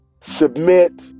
submit